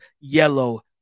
Yellow